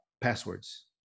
passwords